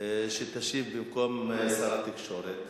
שתשיב במקום שר התקשורת,